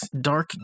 dark